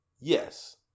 yes